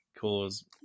cause